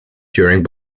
during